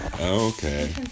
Okay